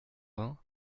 vingt